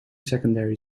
secondary